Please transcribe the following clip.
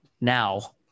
now